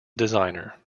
designer